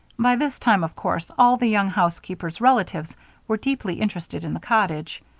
by this time, of course, all the young housekeepers' relatives were deeply interested in the cottage.